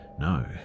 no